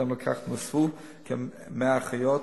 בהתאם לכך נוספו כ-100 אחיות,